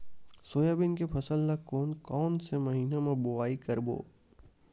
Soybean के फसल ल कोन कौन से महीना म बोआई करबो?